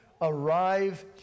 arrive